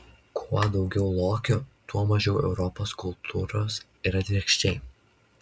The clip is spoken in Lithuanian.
kuo daugiau lokių tuo mažiau europos kultūros ir atvirkščiai